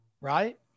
right